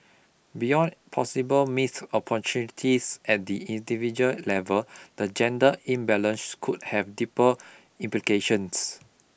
beyond possible missed opportunities at the individual level the gender imbalance could have deeper implications